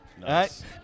Nice